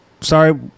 sorry